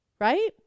Right